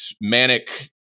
manic